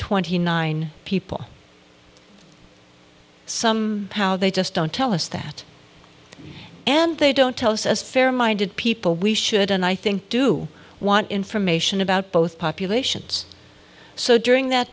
twenty nine people some power they just don't tell us that and they don't tell us as fair minded people we should and i think do want information about both populations so during that